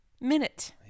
minute